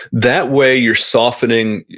that way you're softening,